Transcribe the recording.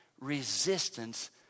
resistance